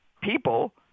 people